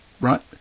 right